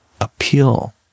appeal